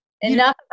Enough